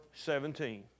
17